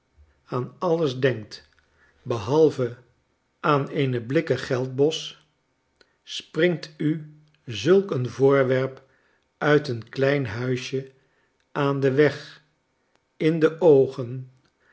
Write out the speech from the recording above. aan alles denkt behalve aan eene blikken geldbos springt u zulk een voorwerp uit een klein huisje aan den weg in de oogen